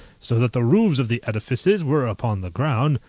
so that the roofs of the edifices were upon the ground,